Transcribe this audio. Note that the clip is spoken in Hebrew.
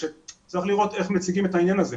צריך לראות איך מציגים את העניין הזה.